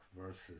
versus